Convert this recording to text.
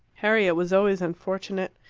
harriet was always unfortunate.